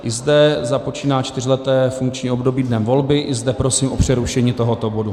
I zde započíná čtyřleté funkční období dnem volby, i zde prosím o přerušení tohoto bodu.